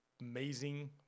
amazing